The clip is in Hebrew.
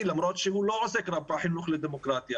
למרות שהוא לא עוסק רק בחינוך לדמוקרטיה?